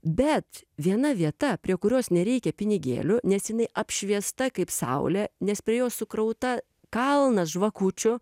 bet viena vieta prie kurios nereikia pinigėlių nes jinai apšviesta kaip saulė nes prie jos sukrauta kalnas žvakučių